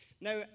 Now